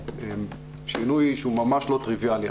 זה שינוי שהוא ממש לא טריביאלי.